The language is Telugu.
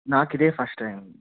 నాకు ఇదే ఫస్ట్ టైమ్